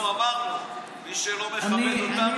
אנחנו אמרנו: מי שלא מכבד אותנו,